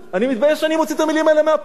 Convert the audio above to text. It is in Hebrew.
אני מתבייש שאני מוציא את המלים האלה מהפה.